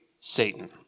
Satan